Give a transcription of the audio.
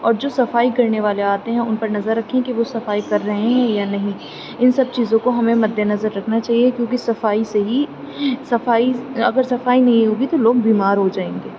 اور جو صفائی کرنے والے آتے ہیں ان پر نظر رکھیں کہ وہ صفائی کر رہے ہیں یا نہیں ان سب چیزوں کو ہمیں مد نظر رکھنا چاہیے کیوں کہ صفائی سے ہی صفائی اگر صفائی نہیں ہوگی تو لوگ بیمار ہوجائیں گے